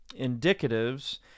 indicatives